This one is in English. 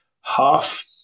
half